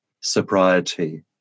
sobriety